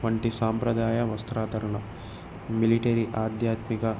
వంటి సాంప్రదాయ వస్త్రాధరణ మిలిటరీ ఆధ్యాత్మిక